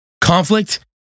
Conflict